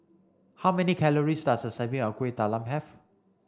how many calories does a serving of Kueh Talam have